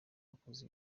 bakozi